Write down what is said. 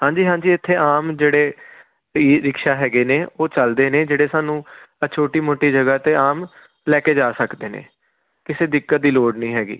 ਹਾਂਜੀ ਹਾਂਜੀ ਇੱਥੇ ਆਮ ਜਿਹੜੇ ਈ ਰਿਕਸ਼ਾ ਹੈਗੇ ਨੇ ਉਹ ਚੱਲਦੇ ਨੇ ਜਿਹੜੇ ਸਾਨੂੰ ਆਹ ਛੋਟੀ ਮੋਟੀ ਜਗ੍ਹਾ 'ਤੇ ਆਮ ਲੈ ਕੇ ਜਾ ਸਕਦੇ ਨੇ ਕਿਸੇ ਦਿੱਕਤ ਦੀ ਲੋੜ ਨਹੀਂ ਹੈਗੀ